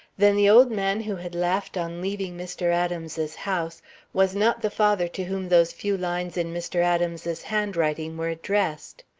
then the old man who had laughed on leaving mr. adams's house was not the father to whom those few lines in mr. adams's handwriting were addressed.